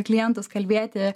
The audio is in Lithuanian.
klientus kalbėti